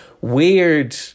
weird